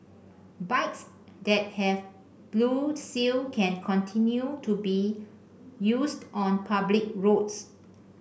bikes that have blue seal can continue to be used on public roads